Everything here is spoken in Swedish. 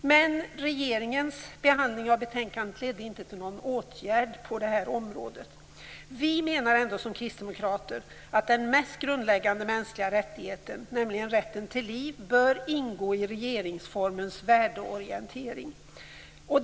Men regeringens behandling av betänkandet ledde inte till någon åtgärd på det här området. Vi kristdemokrater menar ändå att den mest grundläggande mänskliga rättigheten, nämligen rätten till liv, bör ingå i regeringsformens värdeorientering.